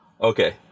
Okay